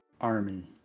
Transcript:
army